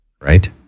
right